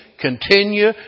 continue